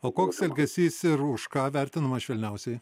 o koks elgesys ir už ką vertinama švelniausiai